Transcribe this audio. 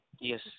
Yes